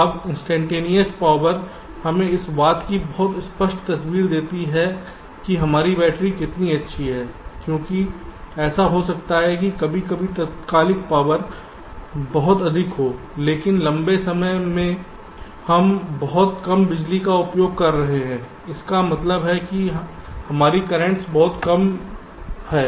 अब instantaneous power हमें इस बात की बहुत स्पष्ट तस्वीर नहीं देती है कि हमारी बैटरी कितनी अच्छी है क्योंकि ऐसा हो सकता है कि कभी कभी तात्कालिक पावर बहुत अधिक होती है लेकिन लंबे समय से हम बहुत कम बिजली का उपभोग कर रहे हैं इसका मतलब है कि हमारी कर्रेंटस बहुत कम हैं